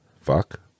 Fuck